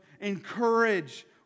encourage